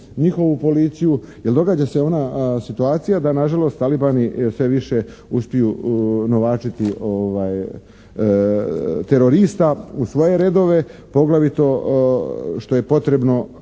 njihovu policiju jer događa se ona situacija da nažalost talibani sve više novačiti terorista u svoje redove poglavito što je potrebno